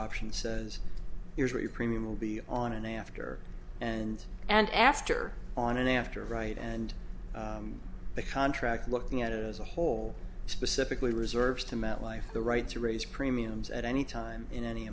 option says here's where your premium will be on an after and and after on an after of write and the contract looking at it as a whole specifically reserves to met life the right to raise premiums at any time in any